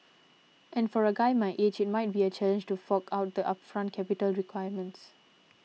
and for a guy my age it might be a challenge to fork out the upfront capital requirements